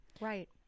right